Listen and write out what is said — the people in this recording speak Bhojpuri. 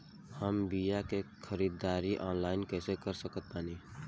हम बीया के ख़रीदारी ऑनलाइन कैसे कर सकत बानी?